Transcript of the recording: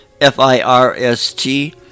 F-I-R-S-T